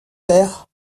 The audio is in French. père